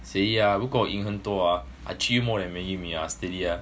steady ah 如果我赢很多 ah I treat you more than maggi mee ah steady ah